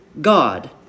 God